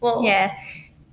Yes